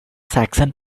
saxon